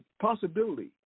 possibility